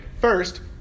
First